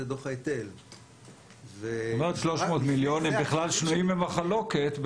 זאת אומרת 300 מיליון שנויים במחלוקת.